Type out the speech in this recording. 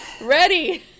ready